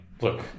look